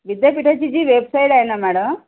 विद्यापीठाची जी वेबसाईट आहे ना मॅडम